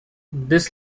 this